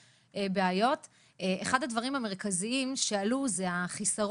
לכן אמירות כמו לקחת מהתקציב שכבר יש לנו ולהשקיע